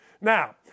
Now